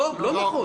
לא, לא נכון.